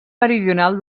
meridional